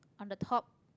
on the top